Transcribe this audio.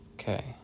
Okay